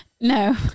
No